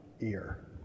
ear